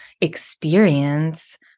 experience